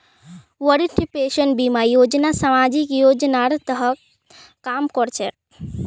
वरिष्ठ पेंशन बीमा योजना सामाजिक योजनार तहत काम कर छेक